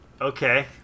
Okay